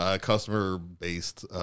customer-based